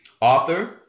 author